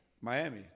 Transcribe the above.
Miami